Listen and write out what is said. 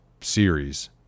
series